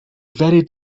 very